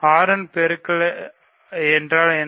6 இன் பெருக்கல் என்றால் என்ன